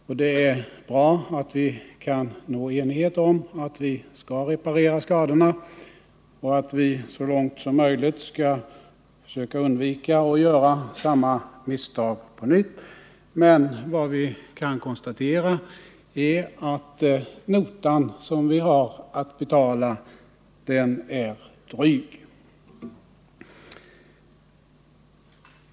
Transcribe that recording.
Och det är bra att vi kan nå enighet om att vi skall reparera skadorna och att vi så långt som möjligt skall försöka undvika att göra samma misstag på nytt, men vad vi kan konstatera är att notan som vi har att betala är dryg!